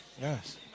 yes